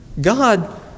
God